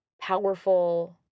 powerful